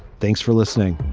thanks for listening